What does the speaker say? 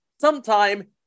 sometime